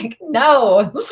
no